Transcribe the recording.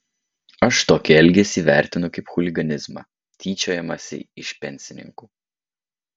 aš tokį elgesį vertinu kaip chuliganizmą tyčiojimąsi iš pensininkų